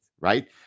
right